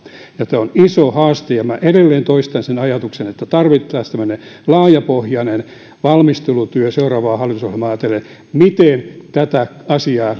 ja tämä on iso haaste edelleen toistan sen ajatuksen että tarvittaisiin tämmöinen laajapohjainen valmistelutyö seuraavaa hallitusohjelmaa ajatellen miten tätä asiaa